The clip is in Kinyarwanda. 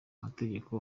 mategeko